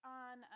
on